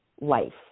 life